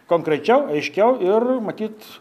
konkrečiau aiškiau ir matyt